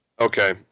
okay